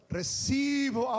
receive